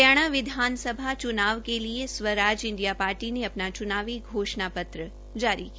हरियाणा विधानसभा चुनाव के लिए स्वराज इंडिया पार्टी ने अपना चुनावी घोषणा पत्र जारी किया